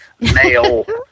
male